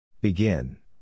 Begin